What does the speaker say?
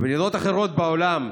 במדינות אחרות בעולם,